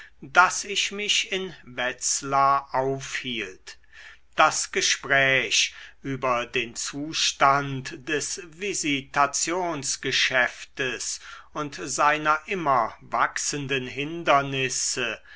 daß ich mich in wetzlar aufhielt das gespräch über den zustand des visitationsgeschäftes und seiner immer wachsenden hindernisse